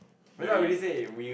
very